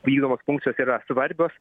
vykdomos funkcijos yra svarbios